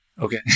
okay